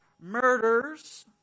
murders